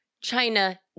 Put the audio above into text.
China